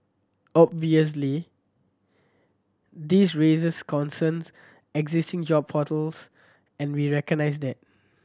obviously this raises concerns existing job portals and we recognise that